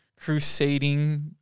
crusading